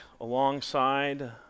alongside